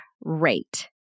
rate